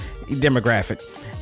demographic